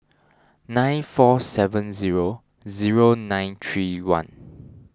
nine four seven zero zero nine three one